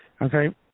Okay